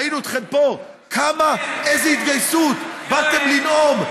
ראינו אתכם פה, כמה, איזו התגייסות, באתם לנאום.